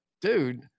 dude